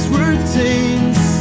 routines